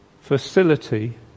facility